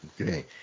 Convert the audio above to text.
Okay